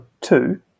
two